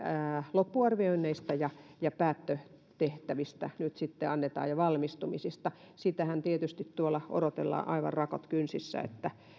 loppuarvioinneista ja ja päättötehtävistä nyt sitten annetaan ja valmistumisista sitähän tietysti tuolla odotellaan aivan rakot kynsissä